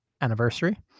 anniversary